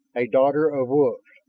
a daughter of wolves.